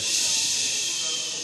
ששש.